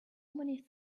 many